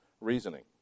reasoning